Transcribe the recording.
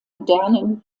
modernen